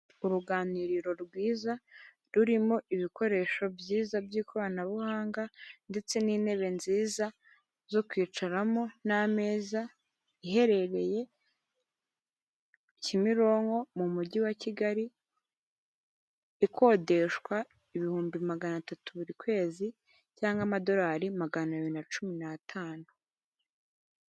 Uruganiriro rwiza rurimo ibikoresho byiza by'ikoranabuhanga, ndetse n'intebe nziza zo kwicaramo, n'ameza, iherereye Kimironko, mu mujyi wa Kigali, ikodeshwa ibihumbi magana atatu buri kwez cyangwa amadorari magana abiri na cumi n'atanu.